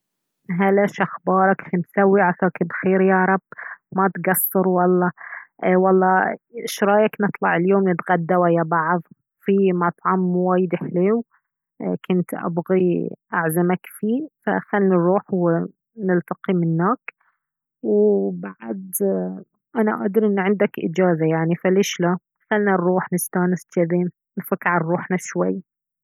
هلا شخبارك شمسوي عساك بخير يا رب ما تقصر والله ايه والله شرايك نطلع اليوم نتغدى ويا بعض في مطعم وايد حليو ايه كنت ابغي اعزمك فيه فخل نروح ونلتقي مناك وبعد انا ادري ان عندك اجازة يعني فليش لا خلنا نروح نستانس جذي نفك على روحنا شوي